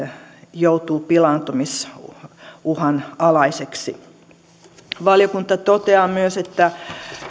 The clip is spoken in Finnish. joutuu pilaantumisuhan alaiseksi valiokunta toteaa myös että